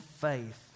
faith